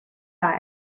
are